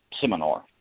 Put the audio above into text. seminar